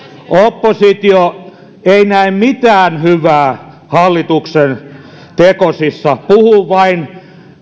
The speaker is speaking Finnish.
oppositio ei näe mitään hyvää hallituksen tekosissa puhuu vain